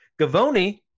Gavoni